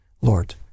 Lord